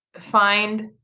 find